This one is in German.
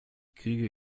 kriege